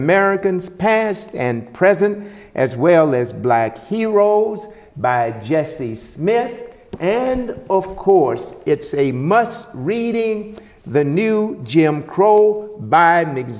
americans past and present as well as black heroes by jesse smith and of course it's a must reading the new jim crow by m